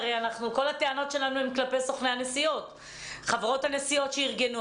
הרי כל הטענות שלנו הן כלפי חברות הנסיעות שארגנו.